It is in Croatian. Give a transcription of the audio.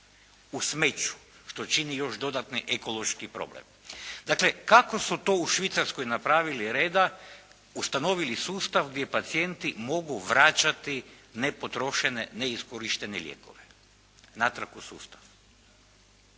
u smeću, što čini još dodatni ekološki problem. Dakle, kako su to u Švicarskoj napravili reda, ustanovili sustav gdje pacijenti mogu vraćati nepotrošene, neiskorištene lijekove, natrag u sustav.